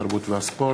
התרבות והספורט.